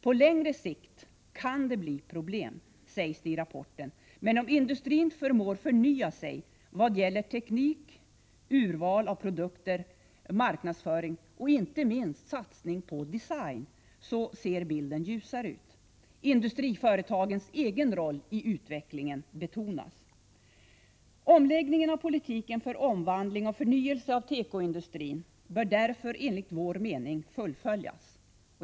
På längre sikt kan det bli problem, sägs det i rapporten, men om industrin förmår förnya sig vad gäller teknik, urval av produkter, marknadsföring och inte minst satsning på design ser bilden ljusare ut. ” Industriföretagens egen roll i utvecklingen betonas. Omläggningen av politiken för omvandling och förnyelse av tekoindustrin bör därför enligt vår mening fullföljas.